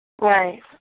Right